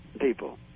people